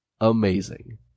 amazing